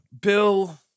Bill